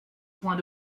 point